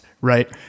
Right